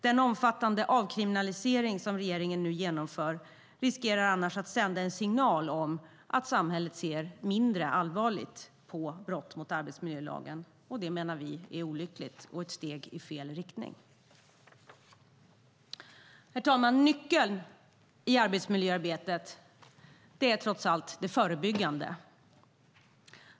Den omfattande avkriminalisering regeringen nu genomför riskerar annars att sända en signal om att samhället ser mindre allvarligt på brott mot arbetsmiljölagen. Det menar vi är olyckligt och ett steg i fel riktning. Herr talman! Nyckeln i arbetsmiljöarbetet är trots allt det förebyggande arbetet.